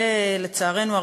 לצערנו,